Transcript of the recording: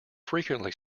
frequently